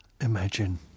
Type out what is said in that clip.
Imagine